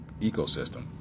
ecosystem